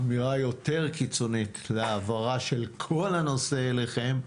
אמירה יותר קיצונית להעברה של כל הנושא אליכם.